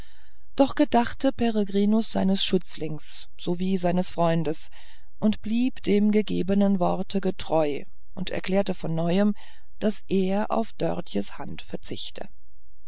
doch gedachte peregrinus seines schützlings sowie seines freundes und blieb dem gegebenen worte getreu und erklärte von neuem daß er auf dörtjes hand verzichte